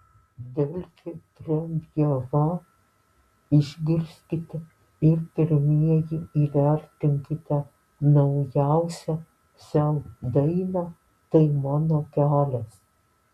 delfi premjera išgirskite ir pirmieji įvertinkite naujausią sel dainą tai mano kelias